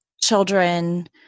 children